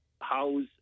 house